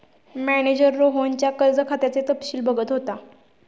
manager रोहनच्या कर्ज खात्याचे तपशील बघत होता